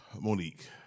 Monique